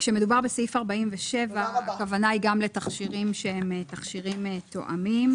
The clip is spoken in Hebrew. כשמדובר בסעיף 47 הכוונה היא גם לתכשירים שהם תכשירים תואמים.